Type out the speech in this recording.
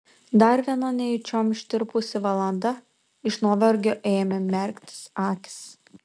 dar viena nejučiom ištirpusi valanda iš nuovargio ėmė merktis akys